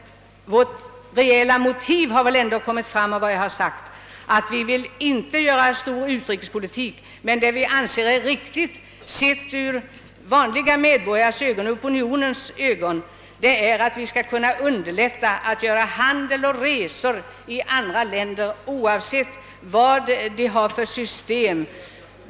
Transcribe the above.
Men vårt reella motiv har väl ändå klart framstått, nämligen att vi inte vill göra stor utrikespolitik. Däremot anser vi det — ur de vanliga medborgarnas, ur opinionens synpunkt — riktigt att underlätta möjligheterna för handel med och resor i andra länder, oavsett samhällssystem.